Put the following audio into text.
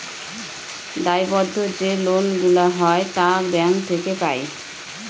দায়বদ্ধ যে লোন গুলা হয় তা ব্যাঙ্ক থেকে পাই